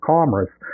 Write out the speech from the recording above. Commerce